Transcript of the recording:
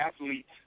athletes